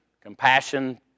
compassion